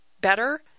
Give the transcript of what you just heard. better